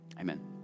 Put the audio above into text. Amen